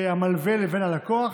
המלווה לבין הלקוח.